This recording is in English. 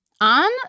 On